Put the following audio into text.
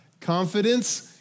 Confidence